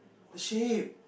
the shape